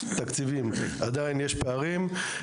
בתקציבים עדיין יש פערים.